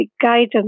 guidance